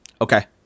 Okay